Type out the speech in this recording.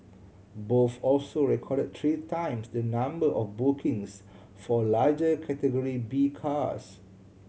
both also recorded three times the number of bookings for larger Category B cars